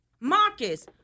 Marcus